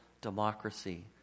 democracy